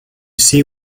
see